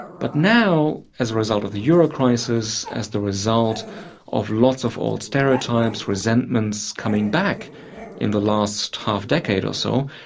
but now as a result of the euro crisis, as the result of lots of old stereotypes, resentments coming back in the last half-decade or so,